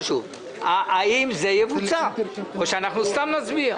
האם זה יבוצע או שאנחנו סתם נצביע?